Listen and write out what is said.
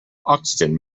oxygen